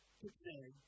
today